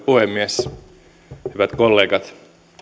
puhemies hyvät kollegat